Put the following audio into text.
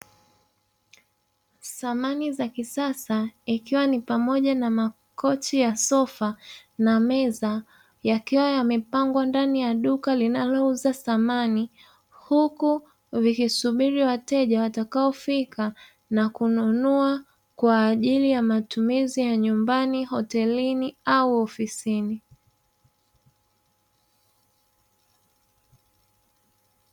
Samani za kisasa ikiwa ni pamoja na makochi ya sofa na meza, yakiwa yamepangwa ndani ya duka linalouza samani, huku vikisubiri wateja watakaofika na kununua kwa ajili ya matumizi ya nyumbani, hotelini au ofisini.